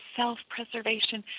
self-preservation